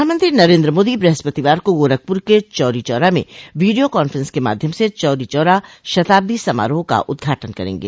प्रधानमंत्री नरेन्द्र मोदी बृहस्पतिवार को गोरखपुर के चौरी चौरा में वीडियो कान्फ्रेंस के माध्यम से चौरी चौरा शताब्दी समारोह का उद्घाटन करेंगे